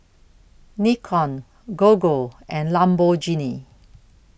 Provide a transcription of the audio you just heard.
Nikon Gogo and Lamborghini